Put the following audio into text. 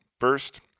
First